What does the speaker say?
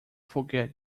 forget